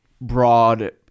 broad